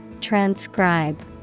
Transcribe